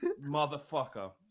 motherfucker